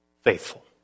faithful